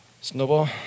Snowball